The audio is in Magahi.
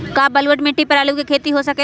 का बलूअट मिट्टी पर आलू के खेती हो सकेला?